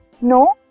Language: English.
No